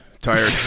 Tired